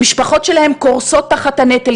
המשפחות שלהם קורסות תחת הנטל,